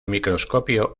microscopio